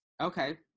Okay